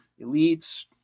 elites